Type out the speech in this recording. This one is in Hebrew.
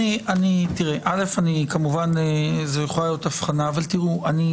זו יכולה להיות ההבחנה, אבל אני